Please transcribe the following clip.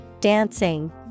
dancing